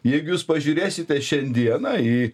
jeigu jūs pažiūrėsite šiandieną į